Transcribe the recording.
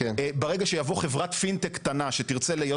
ברגע שתבוא חברת "פינ-טק" קטנה שתרצה להיות